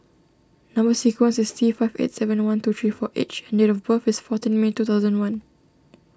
Number Sequence is T five eight seven one two three four H and date of birth is fourteen May two thousand and one